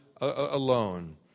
alone